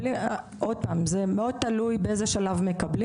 עוד פעם, זה מאוד תלוי באיזה שלב מקבלים.